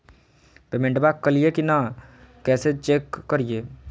पेमेंटबा कलिए की नय, कैसे चेक करिए?